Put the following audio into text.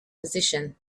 position